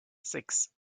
six